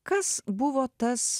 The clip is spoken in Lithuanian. kas buvo tas